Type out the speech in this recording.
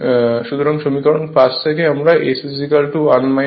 সুতরাং সমীকরণ 5 থেকে আমরা S 1 nn s পাবো